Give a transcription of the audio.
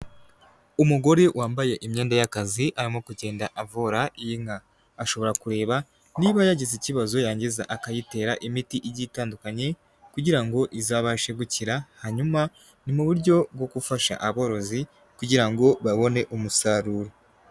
Umugore wambaye imyenda y'akazi, arimo kugenda avura iyi nka. Ashobora kureba niba yagize ikibazo yarangiza akayitera imiti igiye itandukanye kugira ngo izabashe gukira. Hanyuma ni mu buryo bwo gufasha aborozi kugira ngo babone umusaruro.